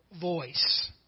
voice